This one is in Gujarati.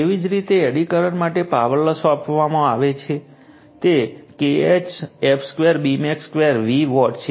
એવી જ રીતે એડી કરંટ માટે પાવર લોસ આપવામાં આવે છે તે Ke f 2 Bmax 2 V watt છે